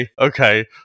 Okay